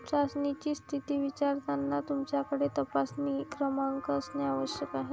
चाचणीची स्थिती विचारताना तुमच्याकडे तपासणी क्रमांक असणे आवश्यक आहे